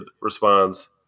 responds